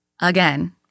Again